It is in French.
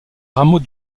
rameaux